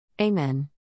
Amen